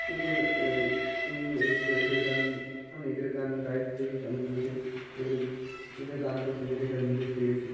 এদের এগুলো এ এগুলো এদের গান মানে এদের গান গাইতে দেখে আমিও নিজে এদের এদের গানগুলো দেখে দেখে আমি নিজে শিখেছি